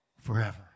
forever